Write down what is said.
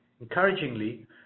Encouragingly